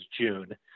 June